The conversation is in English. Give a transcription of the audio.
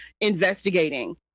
investigating